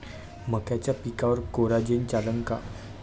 मक्याच्या पिकावर कोराजेन चालन का?